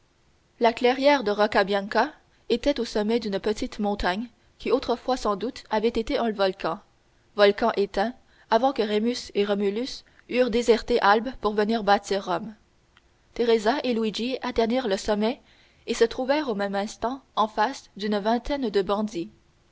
la clairière de rocca bianca était au sommet d'une petite montagne qui autrefois sans doute avait été un volcan volcan éteint avant que rémus et romulus eussent déserté albe pour venir bâtir rome teresa et luigi atteignirent le sommet et se trouvèrent au même instant en face d'une vingtaine de bandits